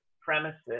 premises